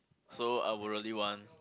so I would really want